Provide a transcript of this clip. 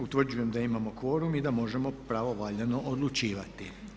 Utvrđujem da imamo kvorum i da možemo pravovaljano odlučivati.